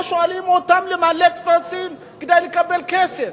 שולחים אותם למלא טפסים כדי לקבל כסף,